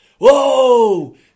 whoa